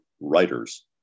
WRITERS